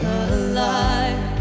alive